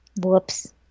Whoops